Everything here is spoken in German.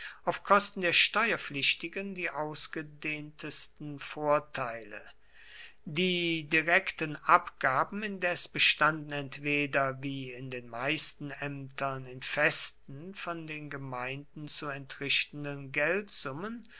auf kosten der steuerpflichtigen die ausgedehntesten vorteile die direkten abgaben indes bestanden entweder wie in den meisten ämtern in festen von den gemeinden zu entrichtenden geldsummen